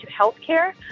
healthcare